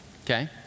Okay